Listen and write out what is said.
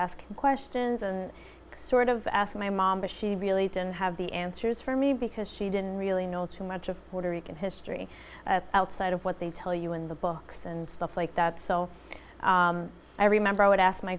ask questions and sort of ask my mom but she really didn't have the answers for me because she didn't really know too much of puerto rican history outside of what they tell you in the books and stuff like that so i remember i would ask my